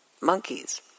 monkeys